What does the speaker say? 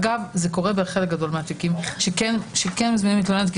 אגב זה קורה בחלק גדול מהתיקים שכן מזמינים את המתלוננת כי